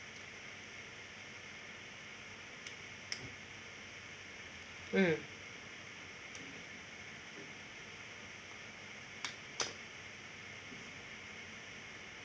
mm